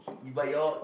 but you're